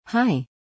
Hi